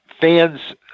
fans